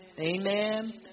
Amen